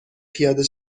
پیاده